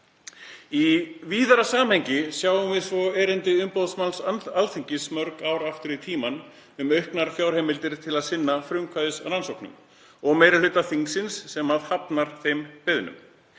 Í víðara samhengi sjáum við svo erindi umboðsmanns Alþingis mörg ár aftur í tímann um auknar fjárheimildir til að sinna frumkvæðisrannsóknum og meiri hluta þingsins sem hafnar þeim beiðnum.